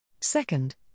Second